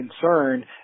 concern